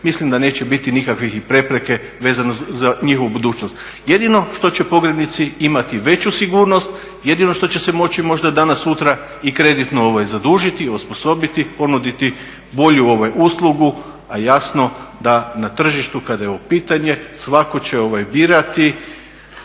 mislim da neće biti nikakvih prepreka vezano za njihovu budućnost. Jedino što će pogrebnici imati veću sigurnost, jedino što će se moći možda danas sutra i kreditno zadužiti, i osposobiti, ponuditi bolju uslugu a jasno da na tržištu kada je u pitanju svako će birati